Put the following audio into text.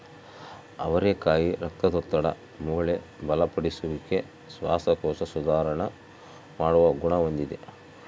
ಅವರೆಕಾಯಿ ರಕ್ತದೊತ್ತಡ, ಮೂಳೆ ಬಲಪಡಿಸುವಿಕೆ, ಶ್ವಾಸಕೋಶ ಸುಧಾರಣ ಮಾಡುವ ಗುಣ ಹೊಂದಿದೆ